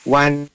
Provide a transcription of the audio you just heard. one